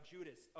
Judas